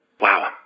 Wow